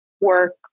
work